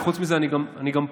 וחוץ מזה אני גם פה.